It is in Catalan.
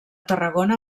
tarragona